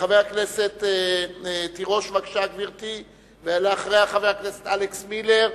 חברת הכנסת תירוש, ואחריה, חבר הכנסת אלכס מילר,